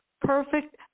perfect